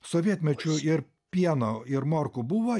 sovietmečiu ir pieno ir morkų buvo